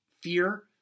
fear